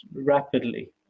rapidly